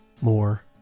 more